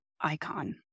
icon